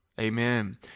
Amen